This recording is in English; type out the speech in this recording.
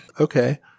Okay